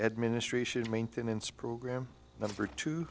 administration maintenance program number two